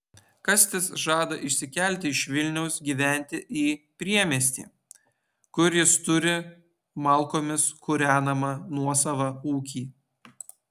kastis žada išsikelti iš vilniaus gyventi į priemiestį kur jis turi malkomis kūrenamą nuosavą ūkį